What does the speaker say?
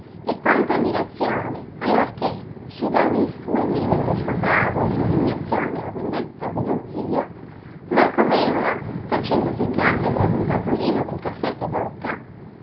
e quanta ammirazione allorché sfidando i fulmini del vescovado e l'indignazione e la vendetta dello zio marco mèola facendosi cattedra d'un tavolino del caffè pedoca